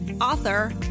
author